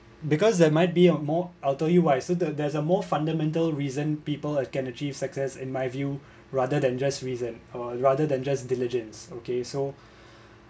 because there might be a more I tell you why so the there's a more fundamental reason people can achieve success in my view rather than just reason uh rather than just diligence okay so